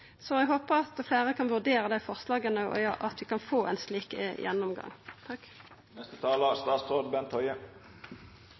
Så eg håpar at fleire kan vurdera dei forslaga, og at vi kan få ein slik gjennomgang.